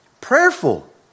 Prayerful